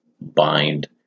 bind